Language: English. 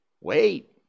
Wait